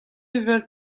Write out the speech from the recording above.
evel